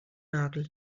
nagel